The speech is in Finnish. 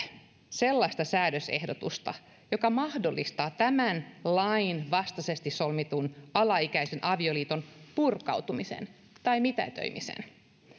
sellaista säädösehdotusta joka mahdollistaa tämän lain vastaisesti solmitun alaikäisen avioliiton purkautumisen tai mitätöimisen